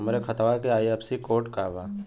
हमरे खतवा के आई.एफ.एस.सी कोड का बा?